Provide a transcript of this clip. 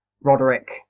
Roderick